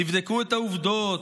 תבדקו את העובדות.